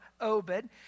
Obed